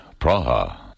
Praha